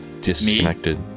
disconnected